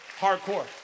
hardcore